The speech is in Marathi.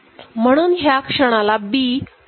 म्हणून ह्या क्षणाला B शून्य असते